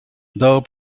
though